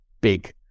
big